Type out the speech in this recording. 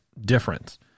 difference